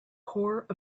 corp